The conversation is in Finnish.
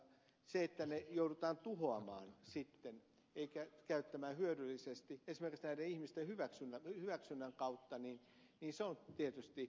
se että ne joudutaan tuhoamaan sitten eikä käyttämään hyödyllisesti esimerkiksi näiden ihmisten hyväksynnän kautta on tietysti jälkeenjäänyttä ja siitä pitäisi päästä eteenpäin